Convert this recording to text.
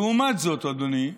לעומת זאת, אדוני,